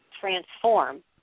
transform